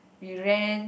we ran